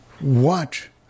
Watch